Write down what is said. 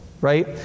right